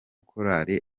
korali